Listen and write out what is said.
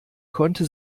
konnte